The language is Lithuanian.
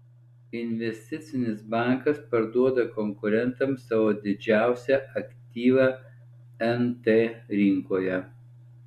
investicinis bankas parduoda konkurentams savo didžiausią aktyvą nt rinkoje